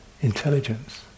intelligence